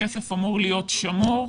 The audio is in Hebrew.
הכסף אמור להיות שמור.